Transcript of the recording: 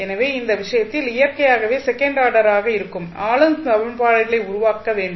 எனவே அந்த விஷயத்தில் இயற்கையாகவே செகண்ட் ஆர்டராக இருக்கும் ஆளும் சமன்பாடுகளை உருவாக்க வேண்டும்